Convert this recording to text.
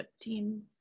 team